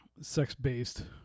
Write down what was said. sex-based